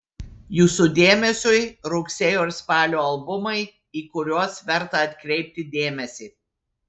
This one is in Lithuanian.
jūsų dėmesiui rugsėjo ir spalio albumai į kuriuos verta atkreipti dėmesį